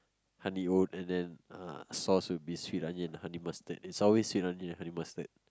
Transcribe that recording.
honey oat and then uh sauce would be sweet onion and honey mustard it's always sweet onion and honey mustard